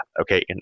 okay